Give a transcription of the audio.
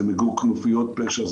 מיגור כנופיות פשע,